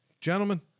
gentlemen